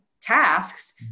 tasks